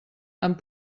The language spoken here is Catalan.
amb